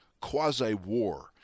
quasi-war